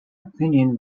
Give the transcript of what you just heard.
opinion